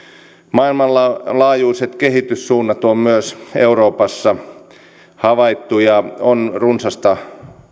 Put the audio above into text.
maailmanlaajuiset kehityssuunnat on myös euroopassa havaittu ja on runsasta